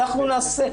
אנחנו נעשה.